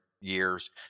years